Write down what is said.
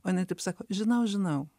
o jinai taip sako žinau žinau